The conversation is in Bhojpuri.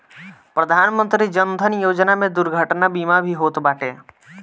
प्रधानमंत्री जन धन योजना में दुर्घटना बीमा भी होत बाटे